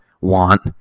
want